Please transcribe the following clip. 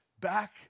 back